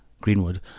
Greenwood